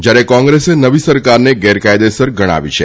જ્યારે કોંગ્રેસે નવી સરકારને ગેરકાયદેસર ગણાવી છે